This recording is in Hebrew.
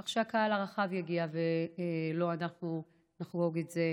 כך שהקהל הרחב יגיע, ולא שאנחנו נחגוג את זה